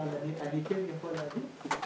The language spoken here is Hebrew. שהיא מעוניינת